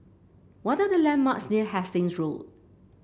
what the landmarks near Hasting Road